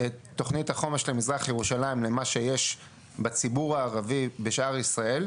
את תכנית החומש למזרח ירושלים למה שיש בציבור הערבי בשאר ישראל,